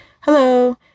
hello